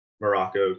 Morocco